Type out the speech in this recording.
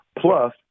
plus